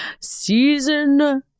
season